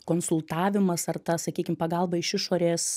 konsultavimas ar ta sakykim pagalba iš išorės